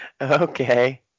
Okay